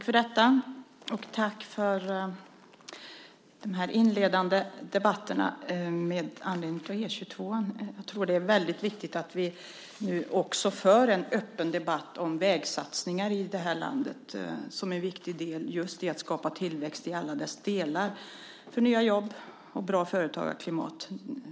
Fru talman! Tack för de inledande inläggen med anledning av E 22:an! Jag tror att det är väldigt viktigt att vi nu för en öppen debatt om vägsatsningar i det här landet, som en viktig del just för att skapa tillväxt i alla dess delar, för nya jobb och bra företagarklimat.